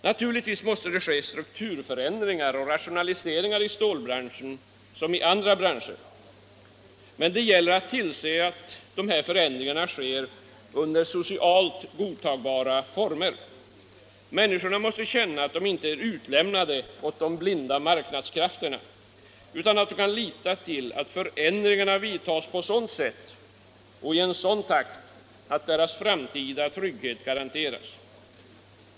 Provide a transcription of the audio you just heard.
Naturligtvis måste det ske strukturförändringar och rationaliseringar i stålbranschen som i andra branscher, men det gäller att se till att dessa förändringar sker under socialt godtagbara former. Människorna måste känna att de inte är utlämnade åt de blinda marknadskrafterna utan att de kan lita till att förändringarna vidtas på sådant sätt och i en sådan takt att deras framtida utkomst och trygghet garanteras.